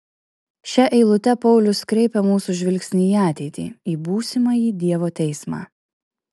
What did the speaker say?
šia eilute paulius kreipia mūsų žvilgsnį į ateitį į būsimąjį dievo teismą